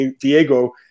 Diego